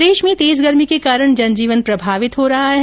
प्रदेश में तेज गर्मी के कारण जनजीवन प्रभावित हो रहा है